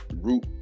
root